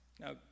now